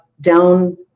down